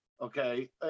okay